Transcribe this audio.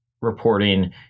reporting